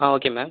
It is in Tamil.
ah okay ma'am